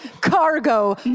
cargo